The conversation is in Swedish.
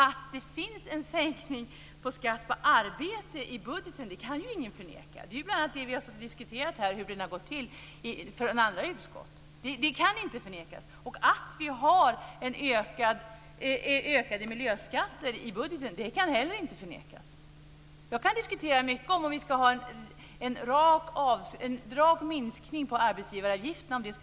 Att det finns en sänkning av skatten på arbete i budgeten kan ingen förneka. Det har vi bl.a. diskuterat i andra utskott. Det kan inte förnekas. Det kan inte heller förnekas att det finns ökade miljöskatter i budgeten. Jag kan diskutera om det bästa sättet att ta ut skattesänkningen är att ha en rak minskning på arbetsgivaravgiften.